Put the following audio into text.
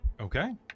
Okay